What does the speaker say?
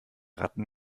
ratten